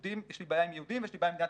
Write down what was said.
יש לי בעיה עם יהודים ויש לי בעיה עם מדינת